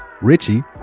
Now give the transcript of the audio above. Richie